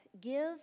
give